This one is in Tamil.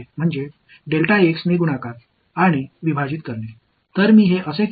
நான் மற்ற கூறுகளையும் அப்படியே விட்டுவிடப் போகிறேன்